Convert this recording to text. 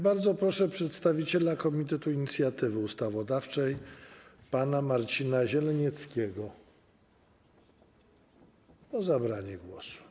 Bardzo proszę przedstawiciela Komitetu Inicjatywy Ustawodawczej pana Marcina Zielenieckiego o zabranie głosu.